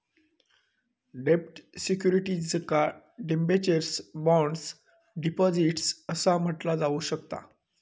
डेब्ट सिक्युरिटीजका debentures, bonds, deposits असा म्हटला जाऊ शकता